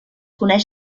coneix